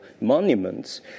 monuments